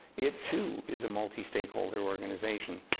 it too is a multi-stakeholder organization.